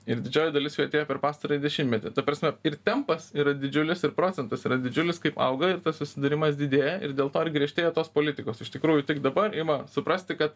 ir didžioji dalis jų atėjo per pastarąjį dešimtmetį ta prasme ir tempas yra didžiulis ir procentas yra didžiulis kaip auga ir tas susidūrimas didėja ir dėl to ir griežtėja tos politikos iš tikrųjų tik dabar ima suprasti kad